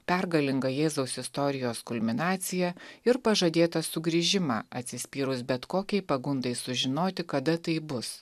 pergalingą jėzaus istorijos kulminaciją ir pažadėtą sugrįžimą atsispyrus bet kokiai pagundai sužinoti kada tai bus